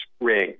ring